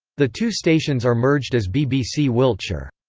the two stations are merged as bbc wiltshire.